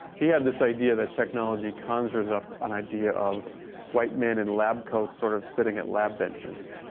he had this idea that technology conjures up an idea of white men in lab coats sort of sitting at lab benches.